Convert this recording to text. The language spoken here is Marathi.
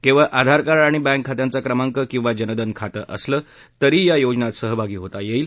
केवळ आधारकार्ड आणि बँक खात्यांचा क्रमांक किंवा जनधन खातं असलं तरीही या योजनेत सहभागी होता येईल